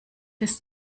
ist